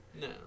No